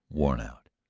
worn out,